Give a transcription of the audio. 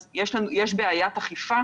אבל יש בעיית אכיפה